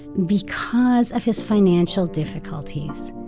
because of his financial difficu lties,